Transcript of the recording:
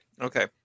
okay